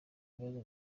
ikibazo